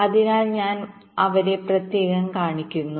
അതിനാൽ ഞാൻ അവരെ പ്രത്യേകം കാണിക്കുന്നു